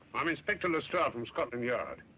i'm inspector lestrade of um scotland yard.